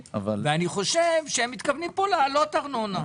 ואני חושב שהם מתכוונים להעלות ארנונה.